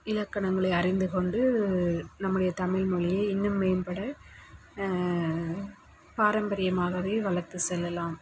இலக்கணங்களை அறிந்து கொண்டு நம்முடைய தமிழ் மொழியை இன்னும் மேம்பட பாரம்பரியமாகவே வளர்த்துச் செல்லலாம்